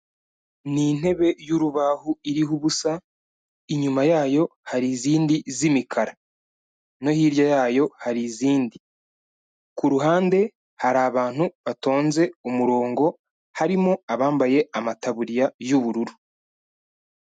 Ni intebe y'urubaho iriho ubusa, inyuma yayo hari izindi z'imikara no hirya yayo hari izindi, ku ruhande hari abantu batonze umurongo harimo abambaye amataburiya y'ubururu.